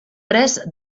pres